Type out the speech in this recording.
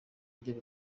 agira